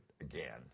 again